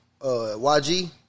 YG